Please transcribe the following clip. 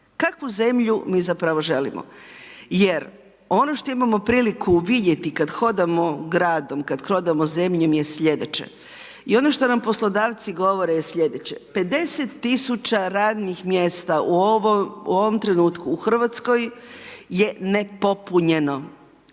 Kakvu zemlju mi zapravo želimo? Jer ono što imamo priliku vidjeti kad hodamo gradom, kad hodamo zemljom je slijedeće i ono što nam poslodavci govore je slijedeće. 50 000 radnih mjesta u ovom trenutku u Hrvatskoj je nepopunjeno.